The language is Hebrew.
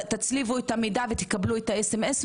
תצליבו את המידע ותקבלו את המסרון.